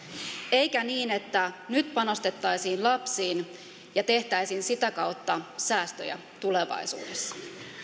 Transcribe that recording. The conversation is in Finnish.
eikä niin että nyt panostettaisiin lapsiin ja tehtäisiin sitä kautta säästöjä tulevaisuudessa